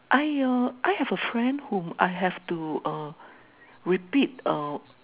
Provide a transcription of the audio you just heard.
I uh I have a friend whom uh I have to repeat uh